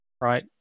right